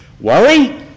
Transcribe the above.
Worry